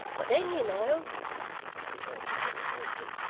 but then you know returned solomon daisy,